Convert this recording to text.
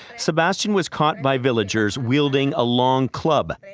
sebastian was caught by villagers wielding a long club.